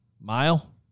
mile